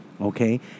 Okay